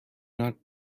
not